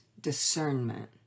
discernment